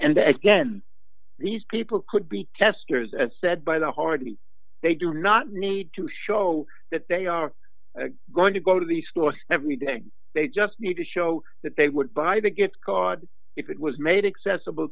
and again these people could be testers and said by the hardly they do not need to show that they are going to go to the school every day they just need to show that they would buy the good card if it was made excess